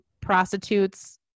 prostitutes